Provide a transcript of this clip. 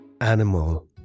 animal